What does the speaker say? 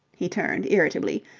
he turned irritably,